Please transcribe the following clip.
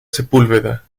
sepúlveda